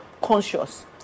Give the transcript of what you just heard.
conscious